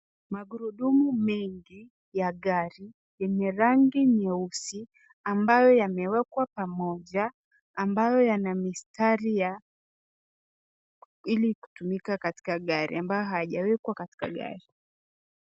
Magurudumu mengi ya gari yenye rangi nyeusi ambayo yamewekwa pamoja ambayo yana mistari ili kuweza kutumika katika gari ambayo hayajawekwa katika gari.